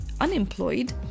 unemployed